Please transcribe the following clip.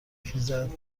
خیزد